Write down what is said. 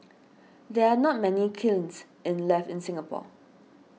there are not many kilns in left in Singapore